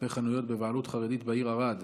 כלפי חנויות בבעלות חרדית בעיר ערד,